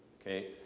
Okay